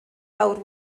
awr